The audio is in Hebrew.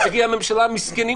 תגיד הממשלה - מסכנים,